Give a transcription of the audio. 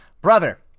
Brother